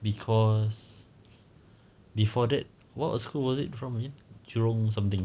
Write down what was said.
cause before that what what school was it from again jurong something